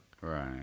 Right